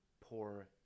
poor